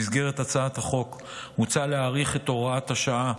במסגרת הצעת החוק מוצע להאריך את הוראת השעה